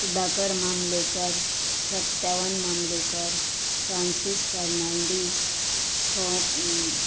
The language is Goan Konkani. सुदाकर मामलेकर सत्यावन मामलेकर फ्रांसीस फर्नांडीस थो